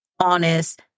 honest